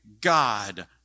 God